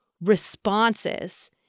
responses